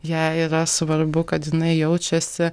jai yra svarbu kad jinai jaučiasi